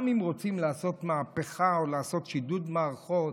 גם אם רוצים לעשות מהפכה או לעשות שידוד מערכות,